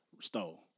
stole